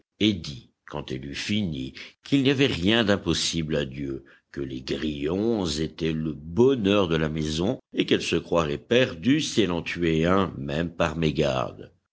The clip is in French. dit quand elle eut fini qu'il n'y avait rien d'impossible à dieu que les grillons étaient le bonheur de la maison et qu'elle se croirait perdue si elle en tuait un même par mégarde